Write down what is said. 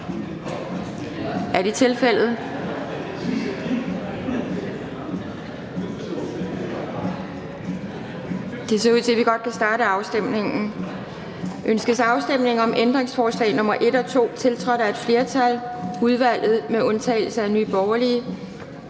Er det tilfældet? Det ser ud til, at vi godt kan starte afstemningen. Ønskes afstemning om ændringsforslag nr. 1 og 2, tiltrådt af et flertal (udvalget med undtagelse af Nye Borgerlige)?